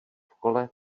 kole